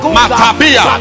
Matabia